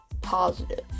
positive